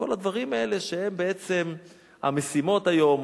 כל הדברים האלה שהם בעצם המשימות היום,